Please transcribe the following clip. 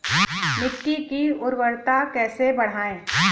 मिट्टी की उर्वरता कैसे बढ़ाएँ?